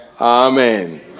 Amen